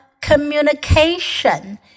communication